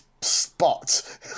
spot